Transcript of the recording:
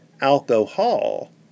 alcohol